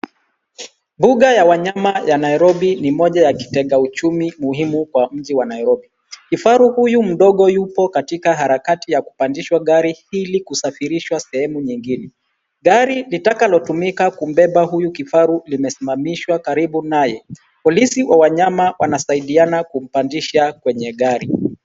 Mbuga ya wanyama ya Nairobi ni moja ya kitega uchumi muhimu kwa mji wa Nairobi. Kifaru huyu mdogo yupo katika harakati ya kupandishwa gari hili kusafirishwa sehemu nyingine. Gari litakalotumika kumbeba huyu kifaru limesimamishwa karibu naye. Polisi wa wanyama wanasaidiana kumpandisha kwenye gari.